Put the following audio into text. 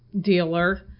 dealer